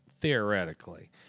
theoretically